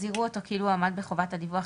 אז יראו אותו כאילו הוא עמד בחובת הדיווח.